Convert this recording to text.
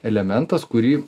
elementas kurį